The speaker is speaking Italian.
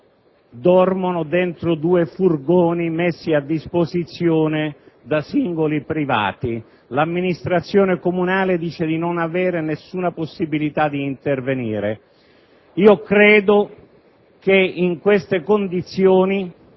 dormono in due furgoni messi a disposizione da singoli privati. L'Amministrazione comunale dice di non avere nessuna possibilità di intervenire. Io credo che, in queste condizioni,